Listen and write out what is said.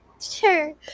Sure